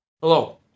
Hello